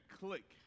click